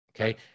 okay